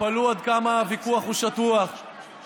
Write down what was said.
תתפלאו עד כמה הוויכוח הוא שטוח בפוליטיקה.